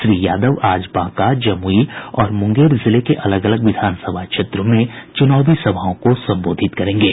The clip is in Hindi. श्री यादव आज बांका जमुई और मुंगेर जिले के अलग अलग विधानसभा क्षेत्रों में चुनावी सभाओं को संबोधित करेंगे